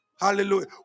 Hallelujah